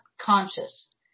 conscious